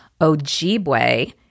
Ojibwe